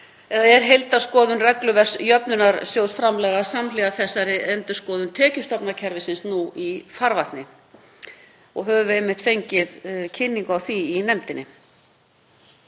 síðan er heildarskoðun regluverks jöfnunarsjóðsframlaga samhliða þessari endurskoðun tekjustofna kerfisins nú í farvatni. Við höfum einmitt fengið kynningu á því í nefndinni.